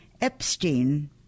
Epstein